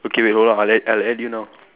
okay wait hold on I'll add I'll add you now